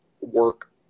work